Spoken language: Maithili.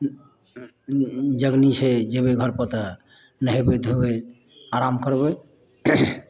खूब तऽ जगनी छै जेबै घर पर तऽ नहेबै धोबै आराम करबै